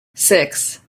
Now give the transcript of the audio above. six